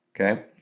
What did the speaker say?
Okay